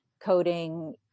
coding